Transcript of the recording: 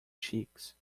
cheeks